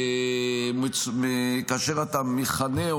כאשר אתה מכנה,